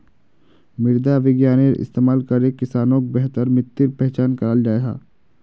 मृदा विग्यानेर इस्तेमाल करे किसानोक बेहतर मित्तिर पहचान कराल जाहा